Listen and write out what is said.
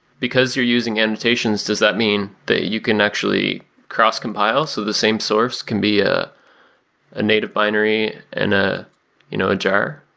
because you're using annotations, does that mean that you can actually cross compile so the same source can be ah a native binary and ah you know a jar?